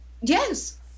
Yes